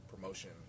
promotion